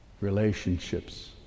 relationships